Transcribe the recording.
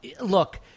look